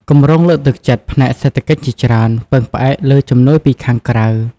គម្រោងលើកទឹកចិត្តផ្នែកសេដ្ឋកិច្ចជាច្រើន ពឹងផ្អែកលើជំនួយពីខាងក្រៅ។